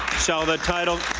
shall the title